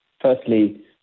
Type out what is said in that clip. firstly